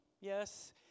Yes